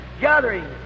gathering